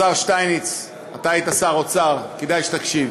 השר שטייניץ, אתה היית שר אוצר, כדאי שתקשיב,